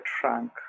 frank